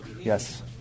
Yes